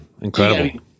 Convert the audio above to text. incredible